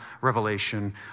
revelation